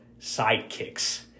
Sidekicks